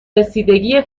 رسیدگی